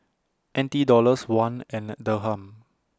N T Dollars Won and Dirham